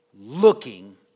Looking